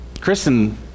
Kristen